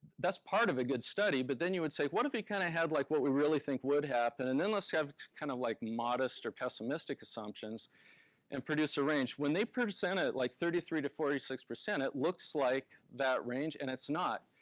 that's part of a good study, but then you would say, what if we kind of had like what we really think would happen, and then let's have kind of like modest or pessimistic assumptions and produce a range. when they present it like thirty three to forty six, it looks like that range and it's not.